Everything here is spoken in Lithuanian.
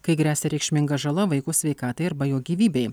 kai gresia reikšminga žala vaiko sveikatai arba jo gyvybei